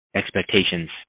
expectations